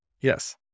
Yes